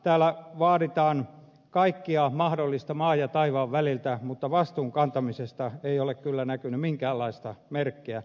täällä vaaditaan kaikkea mahdollista maan ja taivaan väliltä mutta vastuun kantamisesta ei ole kyllä näkynyt minkäänlaista merkkiä